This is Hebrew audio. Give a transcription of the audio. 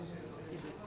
אין לי שום בעיה.